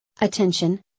attention